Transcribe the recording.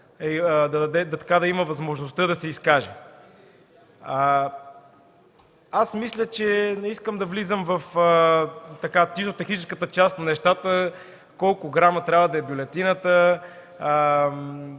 да има възможността да се изкаже. Не искам да влизам в техническата част на нещата – колко грама трябва да е бюлетината,